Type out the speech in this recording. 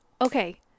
okay